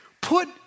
put